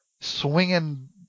swinging